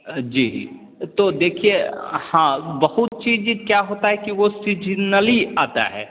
जी तो देखिए हाँ बहुत चीज क्या होता है कि वो सीज्जीनली आता है